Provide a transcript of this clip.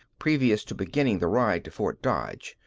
previous to beginning the ride to fort dodge,